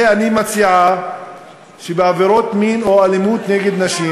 בחוק זה אני מציעה שבעבירות מין או אלימות נגד נשים,